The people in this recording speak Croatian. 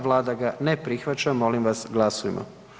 Vlada ga ne prihvaća, molim vas glasujmo.